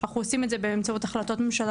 אנחנו עושים את זה באמצעות החלטות ממשלה